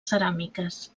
ceràmiques